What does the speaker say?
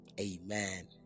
Amen